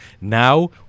Now